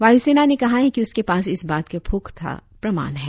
वायुसेना ने कहा है कि उसके पास इस बात के पुख्ता प्रमाण है